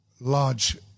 large